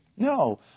No